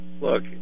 look